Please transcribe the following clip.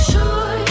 Sure